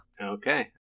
okay